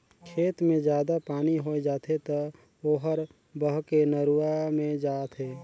खेत मे जादा पानी होय जाथे त ओहर बहके नरूवा मे जाथे